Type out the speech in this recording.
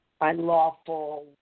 unlawful